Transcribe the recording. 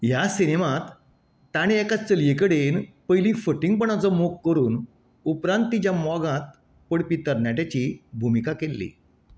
ह्या सिनेमांत ताणें एका चलये कडेन पयलीं फटींगपणाचो मोग करून उपरांत तिच्या मोगांत पडपी तरणाट्याची भुमिका केल्ली